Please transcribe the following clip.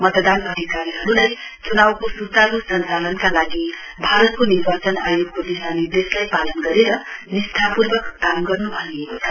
मतदान अधिकारीहरूलाई च्नाउको सुचारू सञ्चालनका लागि भारतको निर्वाचन आयोगको दिशानिर्देशलाई पालन गरेर निष्ठापूर्वक काम गर्न् भनिएको छ